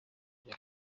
bya